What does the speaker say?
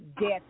death